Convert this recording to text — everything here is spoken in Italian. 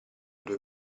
due